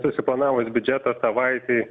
susiplanavus biudžetą savaitei